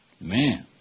Man